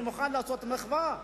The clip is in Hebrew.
אני מוכן לעשות מחווה,